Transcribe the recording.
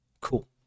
Cool